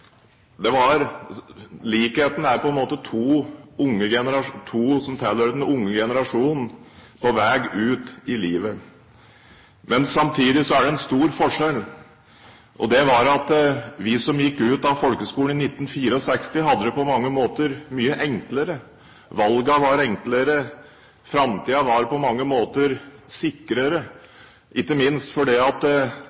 mandag var på avslutning for sjuende klasse på Fagerlund skole i Brumunddal. Det tidsbildet tar meg tilbake til en tilsvarende tilstelning på Stavsjø i 1964. Likheten er på en måte to som tilhører den unge generasjonen på vei ut i livet. Samtidig er det en stor forskjell, og det er at vi som gikk ut av folkeskolen i 1964, hadde det på mange måter mye enklere, valgene var